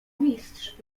mistrz